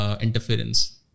interference